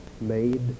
made